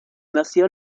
nació